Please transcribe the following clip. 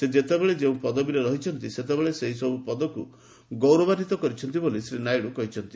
ସେ ଯେତେବେଳେ ଯେଉଁ ପଦପଦବୀରେ ରହିଛନ୍ତି ସେତେବେଳେ ସେହି ସବୁ ପଦକୁ ଗୌରବାନ୍ଧିତ କରିଛନ୍ତି ବୋଲି ଶ୍ରୀ ନାଇଡୁ କହିଛନ୍ତି